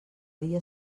dia